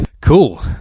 Cool